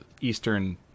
eastern